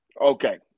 Okay